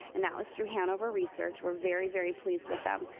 and that was through hanover research. we're very, very pleased with them.